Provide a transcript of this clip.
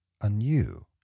anew